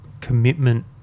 commitment